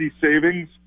savings